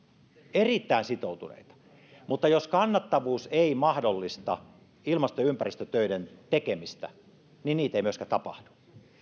erittäin sitoutuneita mutta jos kannattavuus ei mahdollista ilmasto ja ympäristötöiden tekemistä niin niitä ei myöskään tapahdu